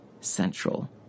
central